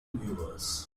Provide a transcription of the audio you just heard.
viewers